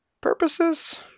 Purposes